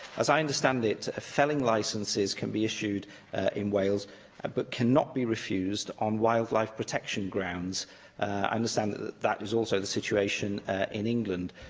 as i understand it, felling licences can be issued in wales ah but cannot be refused on wildlife protection grounds. i understand that that that is also the situation in england.